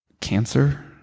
Cancer